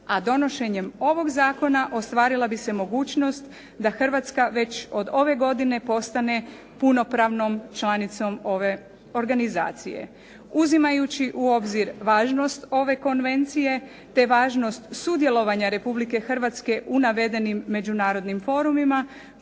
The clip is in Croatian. a donošenjem ovog zakona ostvarila bi se mogućnost da Hrvatska već od ove godine postane punopravnom članicom ove organizacije. Uzimajući u obzir važnost ove konvencije te važnost sudjelovanja Republike Hrvatske u navedenim međunarodnim forumima